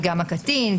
גם הקטין,